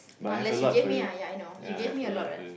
not unless you gave me ah ya I know you gave me a lot what